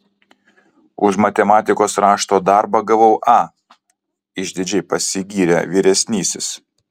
už matematikos rašto darbą gavau a išdidžiai pasigyrė vyresnysis